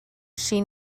she